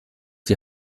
die